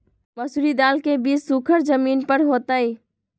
मसूरी दाल के बीज सुखर जमीन पर होतई?